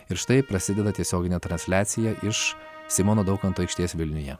ir štai prasideda tiesioginė transliacija iš simono daukanto aikštės vilniuje